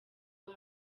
rwo